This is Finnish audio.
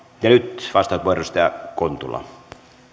ja nyt vastauspuheenvuoro edustaja kontula